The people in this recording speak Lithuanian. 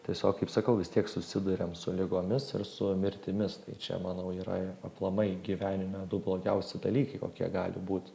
tiesiog kaip sakau vis tiek susiduriam su ligomis ir su mirtimis tai čia manau yra aplamai gyvenime du blogiausi dalykai kokie gali būt